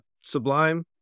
sublime